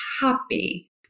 happy